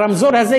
הרמזור הזה,